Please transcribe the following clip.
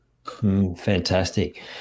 Fantastic